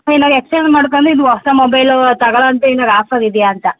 mobile exchange ಮಾಡ್ಕಂಡು ಇದು ಹೊಸ ಮೊಬೈಲು ತಗಳೋಂಥ ಏನಾರು ಆಫರ್ ಇದೆಯ ಅಂತ